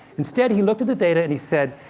instead, he looked at the data, and he said,